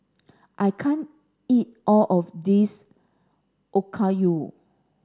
I can't eat all of this Okayu